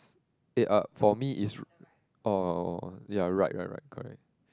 eh uh for me is oh ya right right right correct